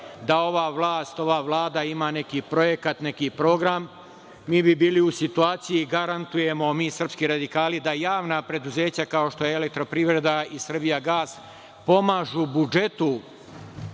da ova vlast i ova Vlada ima neki projekat i neki program, mi bi bili u situaciji i garantujemo mi srpski radikali da javna preduzeća kao što je Elektroprivreda i Srbijagas pomažu budžetu